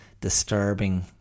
disturbing